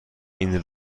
این